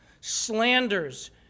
slanders